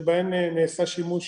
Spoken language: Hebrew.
שבהן נעשה שימוש